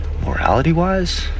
morality-wise